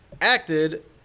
acted